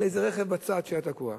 איזה רכב שהיה תקוע בצד.